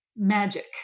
magic